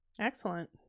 Excellent